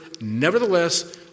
Nevertheless